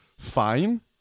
fine